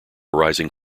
rising